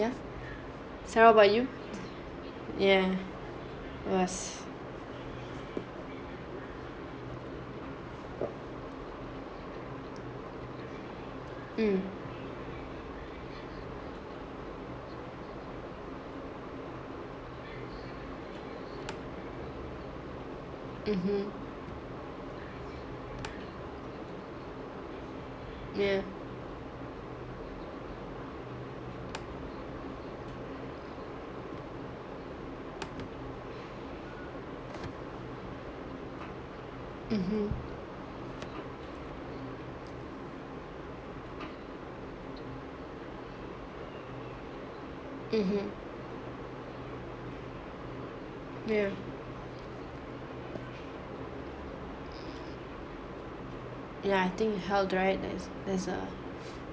ya so what about you yeah it was mm mmhmm ya mmhmm mmhmm ya ya I think held right that's a